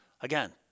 Again